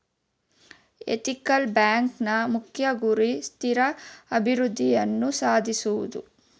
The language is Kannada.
ಎಥಿಕಲ್ ಬ್ಯಾಂಕ್ನ ಮುಖ್ಯ ಗುರಿ ಸುಸ್ಥಿರ ಅಭಿವೃದ್ಧಿಯನ್ನು ಸಾಧಿಸುವುದು